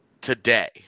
today